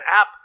app